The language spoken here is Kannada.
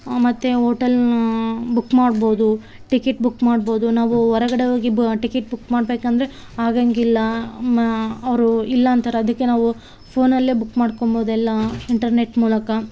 ಮತ್ತು ಹೋಟೆಲ್ನಾ ಬುಕ್ ಮಾಡ್ಬೋದು ಟಿಕೀಟ್ ಬುಕ್ ಮಾಡ್ಬೋದು ನಾವು ಹೊರಗಡೆ ಹೋಗಿ ಬ ಟಿಕೀಟ್ ಬುಕ್ ಮಾಡಬೇಕಂದ್ರೆ ಆಗಾಂಗಿಲ್ಲ ಮಾ ಅವರು ಇಲ್ಲ ಅಂತಾರ ಅದಕ್ಕೆ ನಾವು ಫೋನಲ್ಲೇ ಬುಕ್ ಮಾಡ್ಕೋಬೌದು ಎಲ್ಲ ಇಂಟರ್ನೆಟ್ ಮೂಲಕ